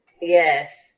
Yes